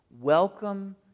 welcome